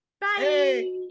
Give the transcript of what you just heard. bye